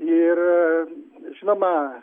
ir žinoma